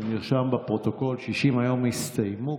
ונרשם בפרוטוקול: אם 60 הימים יסתיימו